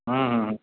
हूँ हूँ